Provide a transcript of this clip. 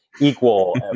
equal